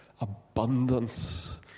abundance